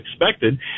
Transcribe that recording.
expected